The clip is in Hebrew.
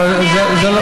אבל זה לא,